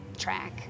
track